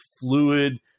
fluid